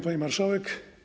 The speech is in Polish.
Pani Marszałek!